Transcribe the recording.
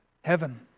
heaven